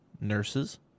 nurses